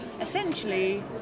essentially